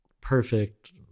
perfect